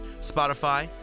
spotify